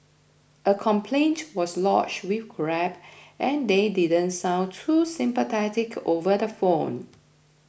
a complaint was lodged with Grab and they didn't sound too sympathetic over the phone